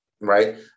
right